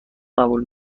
قبول